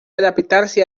adaptarse